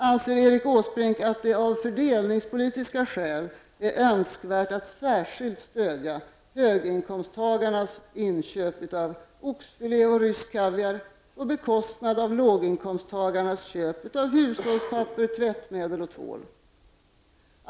Anser Erik Åsbrink att det av fördelningspolitiska skäl är önskvärt att särskilt stödja höginkomsttagarnas inköp av oxfilé och rysk kaviar på bekostnad av låginkomsttagarnas köp av hushållspapper, tvättmedel och tvål?